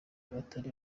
batari